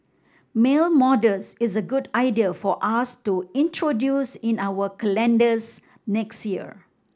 male models is a good idea for us to introduce in our calendars next year